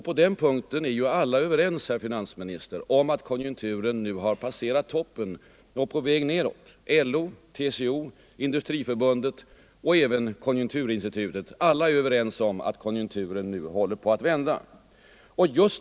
På den punkten är ju alla överens, herr finansminister, att konjunkturen nu har passerat toppen och är på väg nedåt. Alla — LO, TCO, Industriförbundet och även konjunkturinstitutet — är överens om att konjunkturen nu håller på att vända.